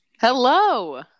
Hello